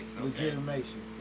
Legitimation